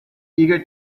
eager